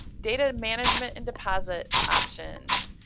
data management and deposit options.